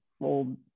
old